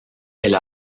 elle